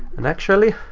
and actually,